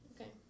Okay